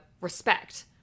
respect